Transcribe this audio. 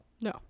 No